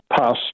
past